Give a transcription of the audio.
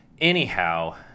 Anyhow